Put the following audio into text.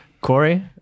Corey